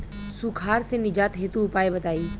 सुखार से निजात हेतु उपाय बताई?